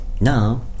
now